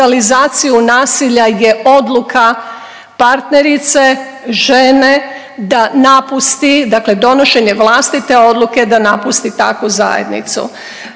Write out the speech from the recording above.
brutalizaciju nasilja je odluka partnerice, žene da napusti, dakle donošenje vlastite odluke da napusti takvu zajednicu